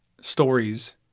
stories